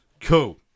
Cool